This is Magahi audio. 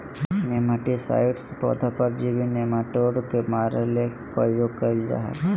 नेमाटीसाइड्स पौधा परजीवी नेमाटोड के मारे ले प्रयोग कयल जा हइ